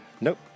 Nope